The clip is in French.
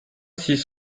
six